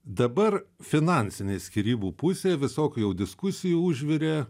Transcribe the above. dabar finansinė skyrybų pusė visokių jau diskusijų užvirė